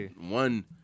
one